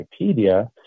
Wikipedia